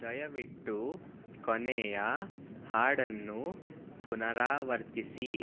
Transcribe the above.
ದಯವಿಟ್ಟು ಕೊನೆಯ ಹಾಡನ್ನು ಪುನರಾವರ್ತಿಸಿ